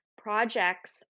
projects